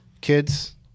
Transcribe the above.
Kids